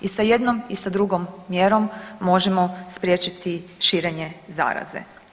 I sa jednom i sa drugom mjerom možemo spriječiti širenje zaraze.